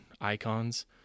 icons